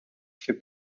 fait